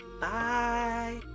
Bye